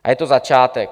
A je to začátek.